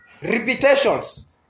Repetitions